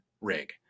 rig